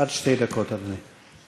עד שתי דקות, אדוני.